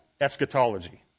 eschatology